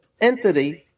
entity